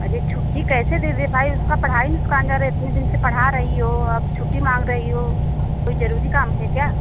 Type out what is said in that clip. अरे छुट्टी कैसे दे दें भाई उसका पढ़ाई नुकसान जा रहा है इतने दिन से पढ़ा रही हो अब छुट्टी माँग रही हो कोई ज़रूरी काम है क्या